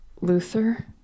Luther